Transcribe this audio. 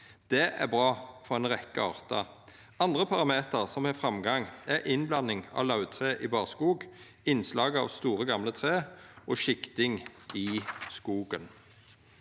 Det er bra for ei rekkje artar. Andre parametrar som har framgang, er innblanding av lauvtre i barskog, innslaget av store, gamle tre og sjikting i skogen.